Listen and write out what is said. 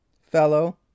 fellow